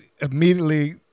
immediately